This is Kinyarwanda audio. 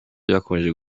byakomeje